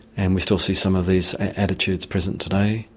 and we still see some of these attitudes present today,